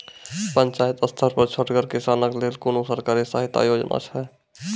पंचायत स्तर पर छोटगर किसानक लेल कुनू सरकारी सहायता योजना छै?